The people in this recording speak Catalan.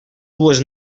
dues